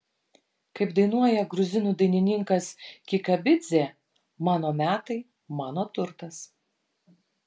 kaip dainuoja gruzinų dainininkas kikabidzė mano metai mano turtas